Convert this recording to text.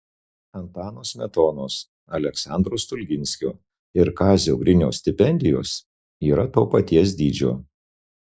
antano smetonos aleksandro stulginskio ir kazio griniaus stipendijos yra to paties dydžio